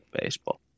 baseball